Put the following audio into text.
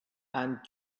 and